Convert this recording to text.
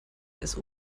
des